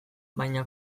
baina